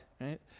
right